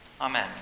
Amen